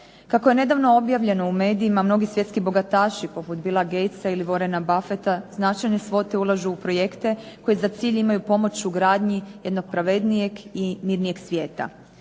Kako je nedavno objavljeno u medijima mnogi svjetski bogataši poput Billa Gatesa ili Warrena Buffeta značajne svote ulažu u projekte koji za cilj imaju pomoć u gradnji jednog pravednijeg i mirnijeg svijeta.